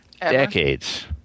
decades